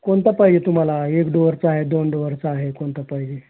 कोणता पाहिजे आहे तुम्हाला एक डोअरचा आहे दोन डोवरचा आहे कोणता पाहिजे आहे